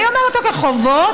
אני אומרת שבחובות,